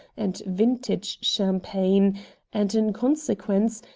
and vintage champagne and, in consequence,